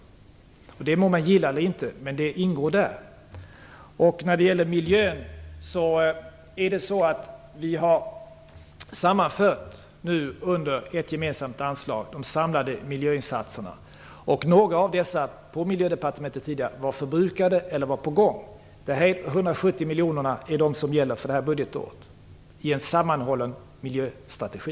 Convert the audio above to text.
Många gillar det inte, men det ingår där. När det gäller miljön har vi sammanfört de samlade miljöinsatserna under ett gemensamt anslag. Några av dessa, på Miljödepartementet tidigare, var förbrukade eller var på gång. De 170 miljonerna är det belopp som gäller för det här budgetåret i en sammanhållen miljöstrategi.